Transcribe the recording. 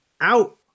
out